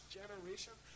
generation